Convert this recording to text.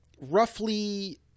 roughly